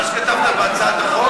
האם מה שכתבת בהצעת החוק על המיעוט,